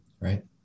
right